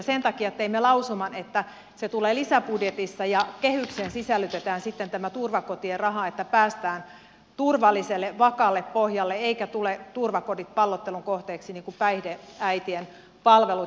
sen takia teimme lausuman että se tulee lisäbudjetissa ja kehykseen sisällytetään sitten tämä turvakotien raha että päästään turvalliselle vakaalle pohjalle eivätkä turvakodit tule pallottelun kohteeksi niin kuin päihdeäitien palvelut